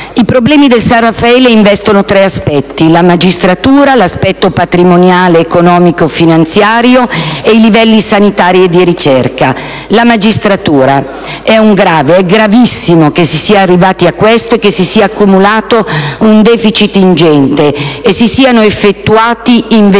I problemi del San Raffaele investono tre aspetti: la magistratura, l'aspetto patrimoniale, economico e finanziario e i livelli sanitari e di ricerca. Quanto alla magistratura è grave, gravissimo, che si sia arrivati a questo, che si sia accumulato un deficit ingente e si siano effettuati investimenti